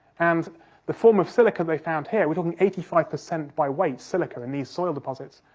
and the form of silica they found here, we're talking eighty five percent by weight silica in these soil deposits,